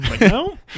No